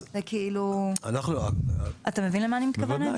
זה כאילו, אתה מבין למה אני מתכוונת?